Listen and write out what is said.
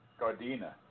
Gardena